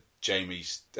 Jamie's